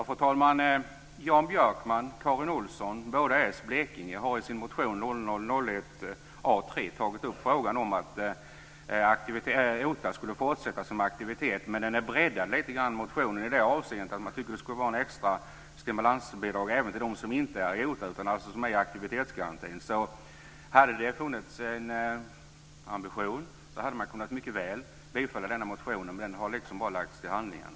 Fru talman! Jan Björkman och Karin Olsson, båda socialdemokrater från Blekinge, har i sin motion 2000/01:A3 tagit upp frågan om att OTA skulle fortsätta som aktivitet. Motionen är breddad i det avseendet att man tycker att det skulle vara ett extra stimulansbidrag även till dem som inte är i OTA utan är i aktivitetsgarantin. Om det hade funnits en ambition hade man mycket väl kunnat bifalla denna motion, men den har bara lagts till handlingarna.